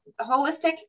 holistic